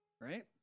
Right